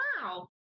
Wow